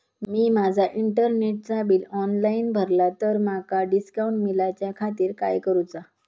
मी माजा इंटरनेटचा bill online भरला तर माका डिस्काउंट मिलाच्या खातीर काय करुचा?